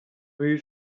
rue